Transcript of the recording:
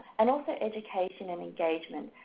and also education and engagement.